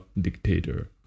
dictator